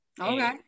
okay